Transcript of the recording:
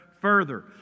further